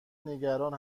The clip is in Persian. نگران